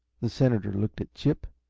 the senator looked at chip,